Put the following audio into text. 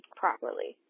properly